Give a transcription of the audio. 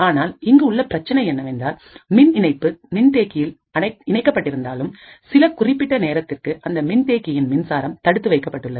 ஆனால் இங்கு உள்ள பிரச்சனை என்னவென்றால் மின் இணைப்பு மின்தேக்கியில் அணைக்கப்பட்டிருந்தாலும் சில குறிப்பிட்ட நேரத்திற்கு அந்த மின்தேக்கியின் மின்சாரம் தடுத்து வைக்கப்பட்டுள்ளது